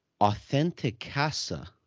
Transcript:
Authenticasa